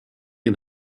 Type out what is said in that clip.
and